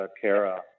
Kara